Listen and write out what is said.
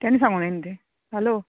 तेन्ना सांगून जाय न्ही तें हालो